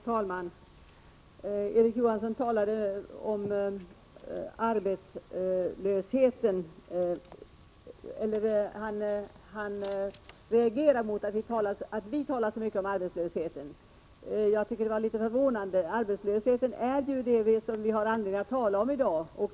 Herr talman! Erik Johansson reagerade mot att vi talar så mycket om arbetslösheten. Jag tycker det var litet förvånande, eftersom arbetslösheten ju är det som vi har anledning att tala om i dag.